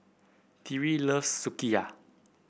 Tyreek loves Sukiyaki